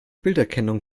bilderkennung